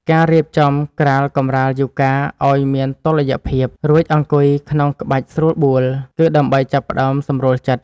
ការរៀបចំក្រាលកម្រាលយូហ្គាឱ្យមានតុល្យភាព រួចអង្គុយក្នុងក្បាច់ស្រួលបួល គឺដើម្បីចាប់ផ្ដើមសម្រួលចិត្ត។